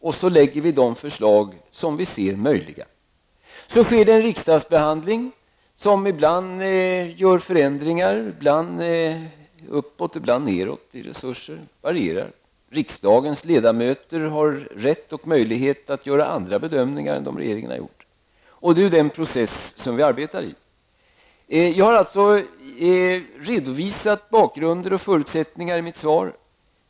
Vi lägger sedan de förslag som vi bedömer som möjliga. Därefter sker en riksdagsbehandling som ibland innebär förändringar -- ibland uppåt, ibland nedåt i resurser, det varierar. Riksdagens ledamöter har rätt och möjlighet att göra andra bedömningar än dem regeringen har gjort. Det är ju den process som vi arbetar i. Jag har alltså redovisat bakgrunder och förutsättningar i mitt svar.